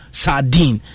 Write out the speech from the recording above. sardine